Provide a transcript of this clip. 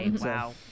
Wow